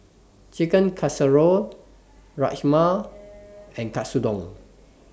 Chicken Casserole Rajma and Katsudon